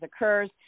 occurs